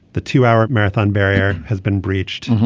the two hour marathon barrier has been breached.